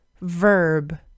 verb